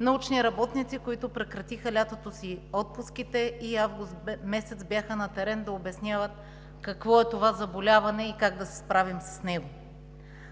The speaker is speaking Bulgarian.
научни работници, които прекратиха отпуските си през лятото, и месец август бяха на терен да обясняват какво е това заболяване и как да се справим с него.